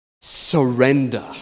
surrender